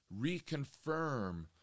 reconfirm